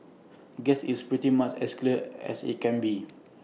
guess it's pretty much as clear as IT can be